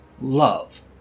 love